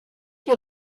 die